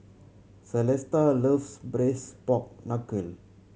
Celesta loves braise pork knuckle